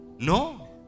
No